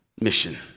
mission